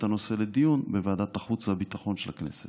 הנושא לדיון בוועדת החוץ והביטחון של הכנסת.